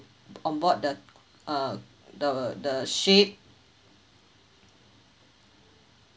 onboard the uh the the ship